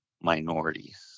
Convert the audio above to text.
minorities